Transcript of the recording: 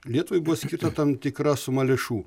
lietuvai buvo skirta tam tikra suma lėšų